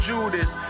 Judas